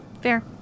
Fair